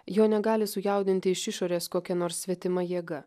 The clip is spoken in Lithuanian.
jo negali sujaudinti iš išorės kokia nors svetima jėga